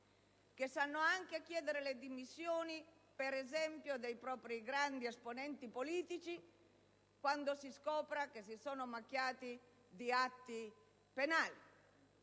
che sanno anche chiedere le dimissioni, per esempio, dei più alti esponenti politici, quando si scopra che si sono macchiati di reati.